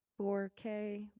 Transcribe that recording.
4k